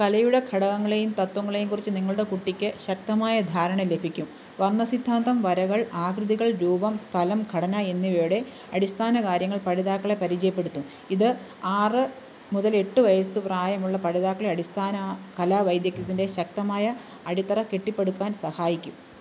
കലയുടെ ഘടകങ്ങളെയും തത്വങ്ങളെയും കുറിച്ച് നിങ്ങളുടെ കുട്ടിക്ക് ശക്തമായ ധാരണ ലഭിക്കും വർണ്ണ സിദ്ധാന്തം വരകൾ ആകൃതികൾ രൂപം സ്ഥലം ഘടന എന്നിവയുടെ അടിസ്ഥാനകാര്യങ്ങൾ പഠിതാക്കളെ പരിചയപ്പെടുത്തും ഇത് ആറ് മുതൽ എട്ട് വയസ് പ്രായമുള്ള പഠിതാക്കളെ അടിസ്ഥാന കലാ വൈദഗ്ധ്യത്തിന്റെ ശക്തമായ അടിത്തറ കെട്ടിപ്പടുക്കുവാൻ സഹായിക്കും